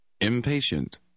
Impatient